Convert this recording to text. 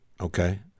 Okay